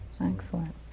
Excellent